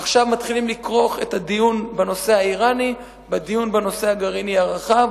עכשיו מתחילים לכרוך את הדיון בנושא האירני בדיון בנושא הגרעיני הרחב,